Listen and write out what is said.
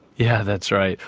yeah that's right.